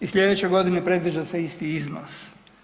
I slijedeće godine predviđa se isti iznos.